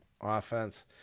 offense